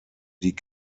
die